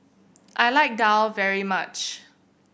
I like Daal very much